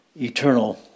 eternal